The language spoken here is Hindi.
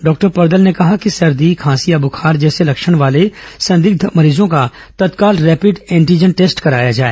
डॉक्टर परदल ने कहा की सर्दी खांसी या बुखार जैसे लक्षण वाले संदिग्ध मरीजों का तत्काल रैपिड एन्टीजन टेस्ट कराया जाए